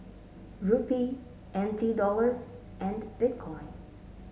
Rupee N T Dollars and Bitcoin